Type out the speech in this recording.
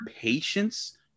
patience